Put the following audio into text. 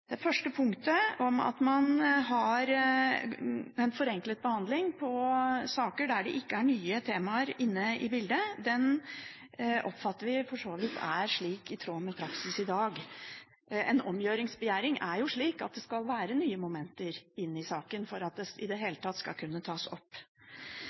Det første punktet, at man har en forenklet behandling i saker der det ikke er nye temaer inne i bildet, oppfatter vi for så vidt at er i tråd med dagens praksis. En omgjøringsbegjæring er jo slik at det skal være nye momenter i saken for at den i det